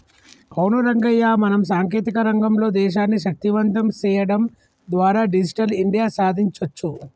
అవును రంగయ్య మనం సాంకేతిక రంగంలో దేశాన్ని శక్తివంతం సేయడం ద్వారా డిజిటల్ ఇండియా సాదించొచ్చు